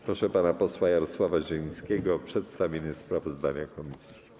Proszę pana posła Jarosława Zielińskiego o przedstawienie sprawozdania komisji.